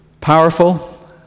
powerful